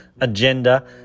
agenda